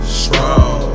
strong